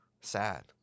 Sad